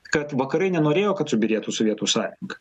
kad vakarai nenorėjo kad subyrėtų sovietų sąjunga